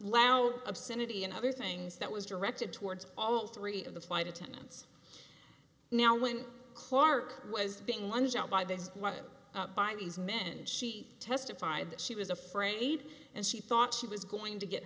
loud obscenity and other things that was directed towards all three of the flight attendants now when clark was being one shot by this one it by these men she testified that she was afraid and she thought she was going to get